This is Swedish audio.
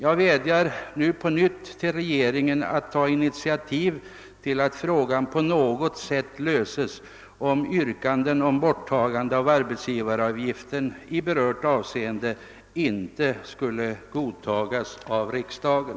Jag vädjar på nytt till regeringen att ta initiativ till att frågan på något sätt löses, om yrkanden om borttagande av arbetsgivaravgiften i berört avseende inte skulle bifallas av riksdagen.